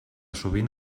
sovint